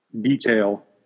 detail